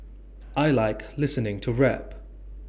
I Like listening to rap